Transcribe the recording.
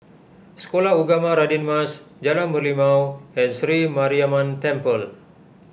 Sekolah Ugama Radin Mas Jalan Merlimau and Sri Mariamman Temple